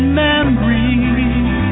memories